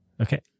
Okay